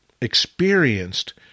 experienced